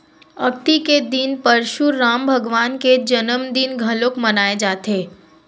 अक्ती के दिन परसुराम भगवान के जनमदिन घलोक मनाए जाथे